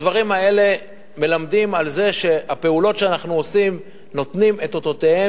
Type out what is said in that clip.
הדברים האלה מלמדים שהפעולות שאנחנו עושים נותנים את אותותיהן.